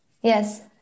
Yes